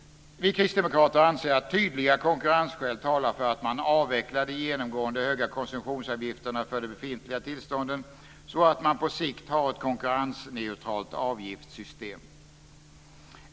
Vi kristdemokrater anser att tydliga konkurrensskäl talar för att man avvecklar de genomgående höga koncessionsavgifterna för de befintliga tillstånden, så att man på sikt har ett konkurrensneutralt avgiftssystem.